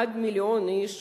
עד מיליון איש,